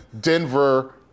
Denver